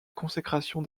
consécration